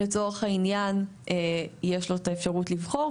לצורך העניין, יש לו אפשרות לבחור.